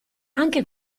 anche